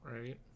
Right